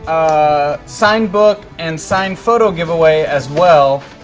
ah signed book, and signed photo giveaway as well,